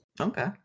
okay